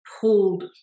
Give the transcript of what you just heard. pulled